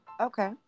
Okay